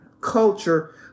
culture